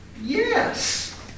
yes